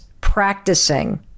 practicing